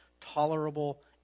tolerable